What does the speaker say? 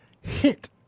hit